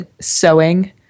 sewing